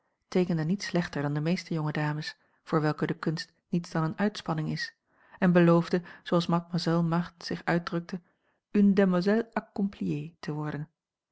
teekende niet slechter dan de meeste jonge dames voor welke de kunst niets dan eene uitspanning is en beloofde zooals mademoiselle marthe zich uitdrukte une demoiselle accomplie te worden